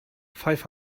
five